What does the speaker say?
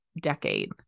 decade